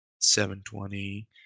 7.20